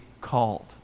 called